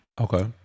Okay